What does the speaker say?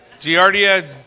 Giardia